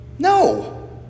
no